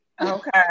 Okay